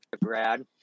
Brad